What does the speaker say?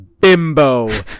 bimbo